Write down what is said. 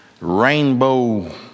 rainbow